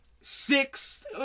six